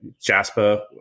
Jasper